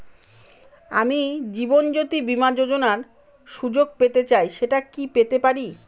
আমি জীবনয্যোতি বীমা যোযোনার সুযোগ পেতে চাই সেটা কি পেতে পারি?